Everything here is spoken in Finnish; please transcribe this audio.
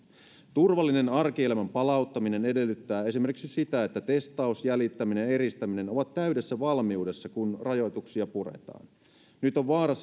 turvallinen arkielämän palauttaminen edellyttää esimerkiksi sitä että testaus jäljittäminen ja eristäminen ovat täydessä valmiudessa kun rajoituksia puretaan nyt on se vaara